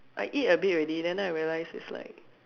I eat a bit already then now I realised it's like